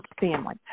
family